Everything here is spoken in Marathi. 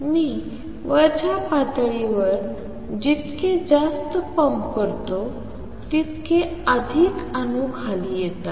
मी वरच्या पातळीवर जितके जास्त पंप करतो तितके अधिक अणू खाली येतात